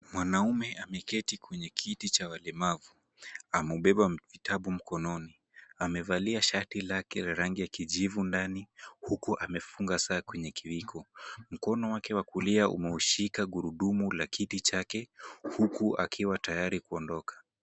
Mwanaume ameketi kwenye kiti cha walemavu. Amebeba vitabu mkononi. Amevalia shati lake la rangi ya kijivu ndani huku amefunga saa kwenye kiwiko. Mkono wake wa kulia umeushika gurudumu la kiti chake huku akiwa tayari kuondoka.